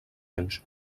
anys